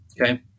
Okay